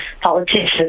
politicians